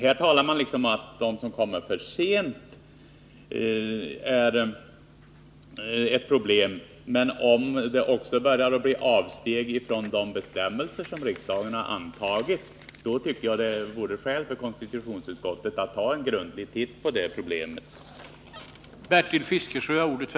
Att propositioner kommer för sent är ett problem, men om man också börjar göra avsteg från de bestämmelser som riksdagen antagit tycker jag att det vore skäl för konstitutionsutskottet att ta en grundlig titt på den saken.